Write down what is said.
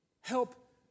help